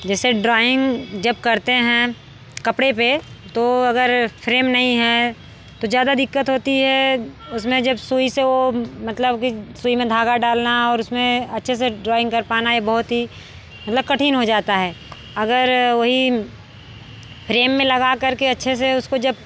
जैसे ड्राॅइंग जब करते हैं कपड़े पर तो अगर फ्रेम नहीं है तो ज़्यादा दिक्कत होती है उसमें जब सुई से वो मतलब की सुई में धागा डालना और उसमें अच्छे से ड्राॅइंग कर पाना ये बहुत ही मतलब कठिन हो जाता है अगर वही फ्रेम में लगा करके अच्छे से उसको जब